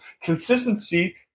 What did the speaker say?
consistency